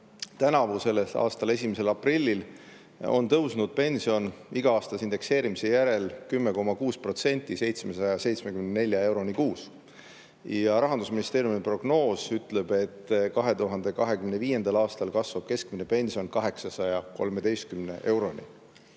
tänavu aasta 1. aprillil on tõusnud pension iga-aastase indekseerimise järel 10,6%, 774 euroni kuus. Rahandusministeeriumi prognoos ütleb, et 2025. aastal kasvab keskmine pension 813 euroni.